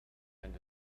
and